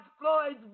Floyd's